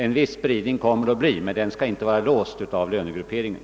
En viss spridning kommer att finnas även i fortsättningen, men den skall inte vara låst av lönegrupperingen.